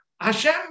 Hashem